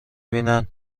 بینن